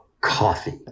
Coffee